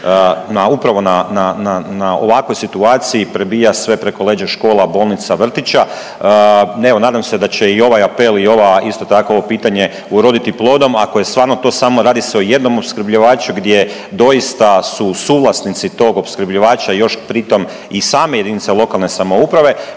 na ovakvoj situaciji prebija sve preko leđa škola, bolnica, vrtića. Evo nadam se da će i ovaj apel i ovo isto tako pitanje uroditi plodom ako je stvarno to samo radi se o jednom opskrbljivaču gdje doista su suvlasnici tog opskrbljivača i još pritom i same jedinice lokalne samouprave